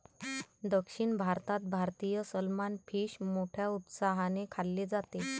दक्षिण भारतात भारतीय सलमान फिश मोठ्या उत्साहाने खाल्ले जाते